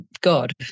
God